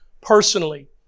personally